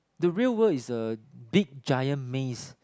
the real world is a big giant maze